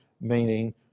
meaning